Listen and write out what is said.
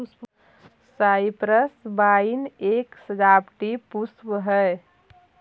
cypress vine एक सजावटी पुष्प हई